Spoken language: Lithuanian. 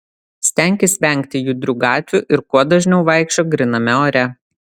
stenkis vengti judrių gatvių ir kuo dažniau vaikščiok gryname ore